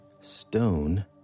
stone